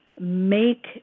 make